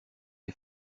les